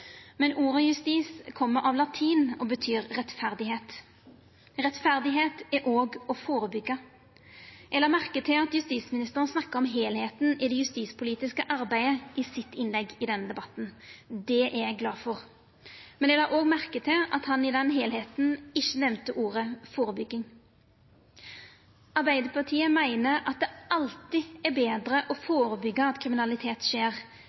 men ordet «justis» kjem av latin og betyr rettferd. Rettferd er òg å førebyggja. Eg la merke til at justisministeren snakka om heilskapen i det justispolitiske arbeidet i innlegget sitt i denne debatten. Det er eg glad for, men eg la òg merke til at han i den heilskapen ikkje nemnde ordet «førebygging». Arbeidarpartiet meiner at det alltid er betre å førebyggja at kriminalitet skjer,